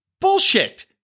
bullshit